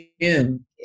june